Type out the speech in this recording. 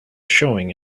showing